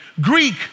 Greek